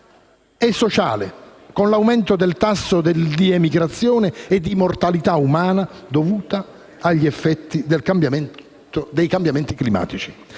e sociale (con l'aumento del tasso di emigrazione e di mortalità umana dovuta agli effetti dei cambiamenti climatici).